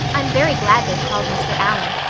i'm very glad they've called mr. allan.